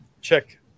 check